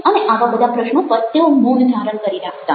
અને આવા પ્રશ્નો પર તેઓ મૌન ધારણ કરી રાખતા